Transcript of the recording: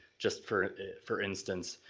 just for for instance,